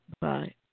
bye